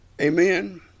Amen